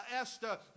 Esther